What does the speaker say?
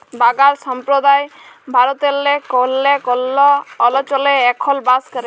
বাগাল সম্প্রদায় ভারতেল্লে কল্হ কল্হ অলচলে এখল বাস ক্যরে